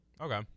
Okay